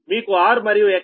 మీకు R మరియు X తెలుసు